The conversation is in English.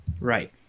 Right